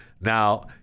Now